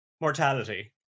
mortality